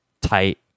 tight